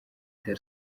dar